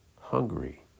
hungry